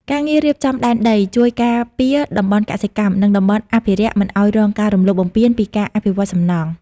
ការងាររៀបចំដែនដីជួយការពារតំបន់កសិកម្ម និងតំបន់អភិរក្សមិនឱ្យរងការរំលោភបំពានពីការអភិវឌ្ឍសំណង់។